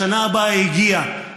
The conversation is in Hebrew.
השנה הבאה הגיעה,